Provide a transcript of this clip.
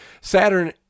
Saturn